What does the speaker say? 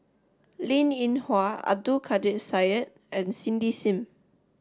Linn In Hua Abdul Kadir Syed and Cindy Sim